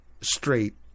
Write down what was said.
straight